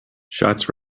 shots